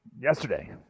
yesterday